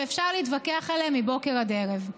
ואפשר להתווכח עליהן מבוקר עד ערב,